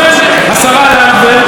השרה לנדבר,